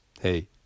Hey